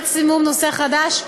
מקסימום נושא חדש,